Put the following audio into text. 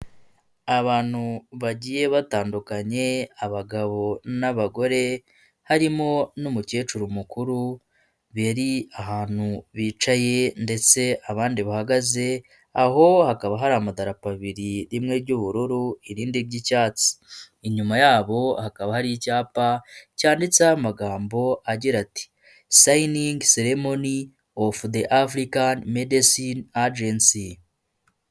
Abantu bagiye batandukanye abagabo n'abagore, harimo n'umukecuru mukuru biri ahantu bicaye ndetse abandi bahagaze, aho hakaba hari ama abiri rimwe ry'ubururu irindi ry'icyatsi, inyuma yabo hakaba hari icyapa cyanditseho amagambo agira ati sayiningi seremoni ofu de Afurikani medesine agensi.